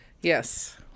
Yes